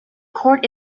court